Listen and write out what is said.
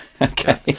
okay